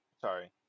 sorry